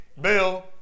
Bill